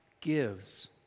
gives